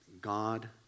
God